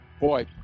Boy